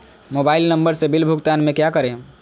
Mobile number से bill भुगतान में क्या करें?